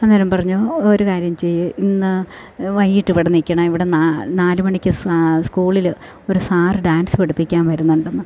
അന്നേരം പറഞ്ഞു ഒരു കാര്യം ചെയ്യ് ഇന്ന് വൈകിട്ട് ഇവിടെ നിൽക്കണേ ഇവിടെ നാല് മണിക്ക് സ്കൂളിൽ ഒരു സാർ ഡാൻസ് പഠിപ്പിക്കാൻ വരുന്നുണ്ടെന്ന്